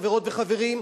חברות וחברים,